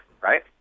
right